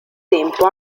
tempo